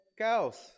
caos